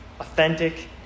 authentic